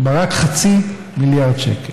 כלומר רק חצי מיליארד שקל,